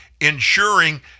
ensuring